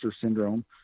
syndrome